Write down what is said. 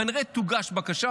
כנראה תוגש בקשה,